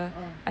ah